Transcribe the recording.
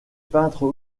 peintres